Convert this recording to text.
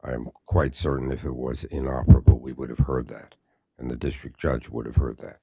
am quite certain if it was in our we would have heard that and the district judge would have heard that